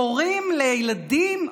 הורים לילדים,